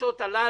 המוחלשות הללו,